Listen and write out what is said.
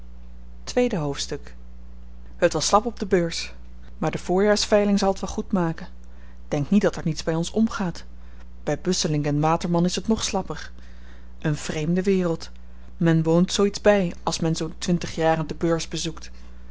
tweede hoofdstuk het was slap op de beurs maar de voorjaarsveiling zal t wel goed maken denk niet dat er niets by ons omgaat by busselinck waterman is t nog slapper een vreemde wereld men woont zoo iets by als men zoo'n twintig jaren de beurs bezoekt